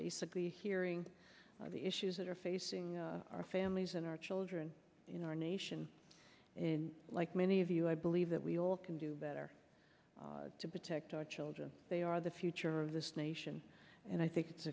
basically hearing the issues are facing our families and our children in our nation in like many of you i believe that we all can do better to protect our children they are the future of this nation and i think it's